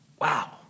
Wow